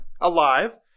alive